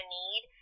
need